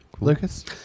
Lucas